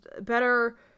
better